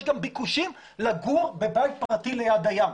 יש גם ביקושים לגור בבית פרטי ליד הים.